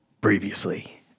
previously